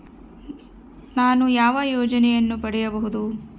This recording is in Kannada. ನಾನು ಯಾವ ಯೋಜನೆಯನ್ನು ಪಡೆಯಬಹುದು?